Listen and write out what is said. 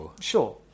sure